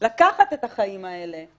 לקחת את החיים האלה,